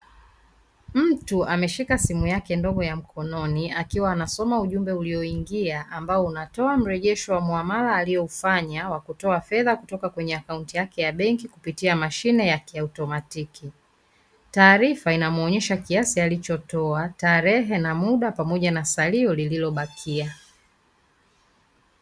Mtu ameshika simu yake ndogo ya mkononi akiwa anasoma ujumbe ulioingia ambao unatoa mrejesho wa muamala alioufanya wa kutoa fedha toka kwenye akaunti yake ya benki kupitia mashine ya kiautomatiki. Taarifa inamuonyesha kiasi alichotoa, tarehe na muda pamoja na salio lililobakia.